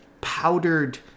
powdered